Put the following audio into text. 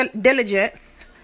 diligence